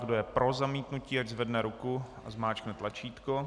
Kdo je pro zamítnutí, ať zvedne ruku a zmáčkne tlačítko.